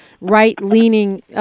right-leaning